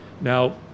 Now